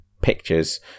pictures